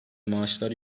maaşlar